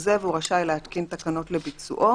זה והוא רשאי להתקין תקנות לביצועו,